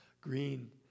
Green